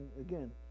Again